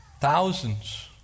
Thousands